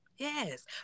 Yes